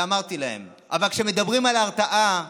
ואמרתי להם, אבל כשמדברים על הרתעה,